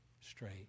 straight